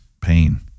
pain